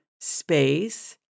space